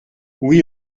oui